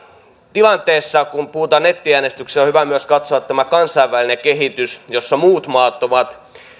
tilanteessa kun puhutaan nettiäänestyksestä on hyvä myös katsoa tämä kansainvälinen kehitys jossa muut maat ovat